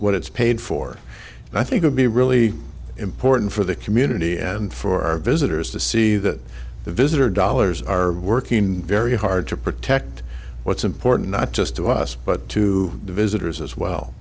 what it's paid for and i think a be really important for the community and for our visitors to see that the visitor dollars are working very hard to protect what's important not just to us but to visitors as well